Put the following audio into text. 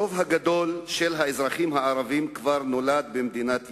הרוב הגדול של האזרחים הערבים כבר נולדו במדינת ישראל,